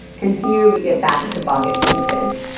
and here we get back to bhagat singh thind.